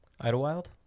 Idlewild